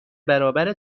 برابر